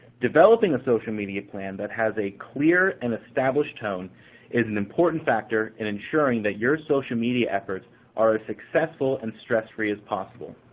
developing a social media plan that has a clear and established tone is an important factor in ensuring that your social media efforts are as successful and stress-free as possible.